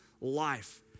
life